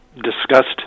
discussed